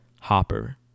Hopper